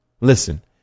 Listen